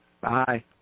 Bye